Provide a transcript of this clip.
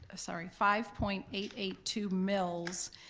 ah sorry, five point eight eight two mills.